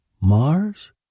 Mars